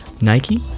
Nike